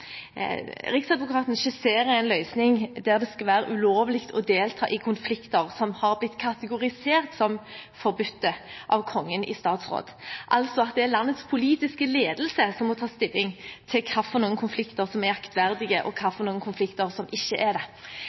Riksadvokaten skisserer en løsning der det skal være ulovlig å delta i konflikter som har blitt kategorisert som forbudt av Kongen i statsråd, altså at det er landets politiske ledelse som må ta stilling til hvilke konflikter som er aktverdige, og hvilke konflikter som ikke er det. Den store forskjellen mellom det forslaget som ligger fra komiteen nå, og det